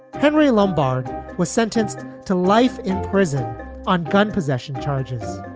henry lombardo was sentenced to life in prison on gun possession charges,